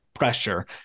pressure